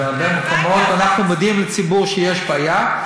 בהרבה מקומות אנחנו מודיעים לציבור שיש בעיה.